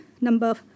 number